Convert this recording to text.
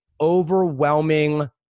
overwhelming